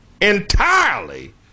entirely